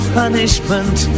punishment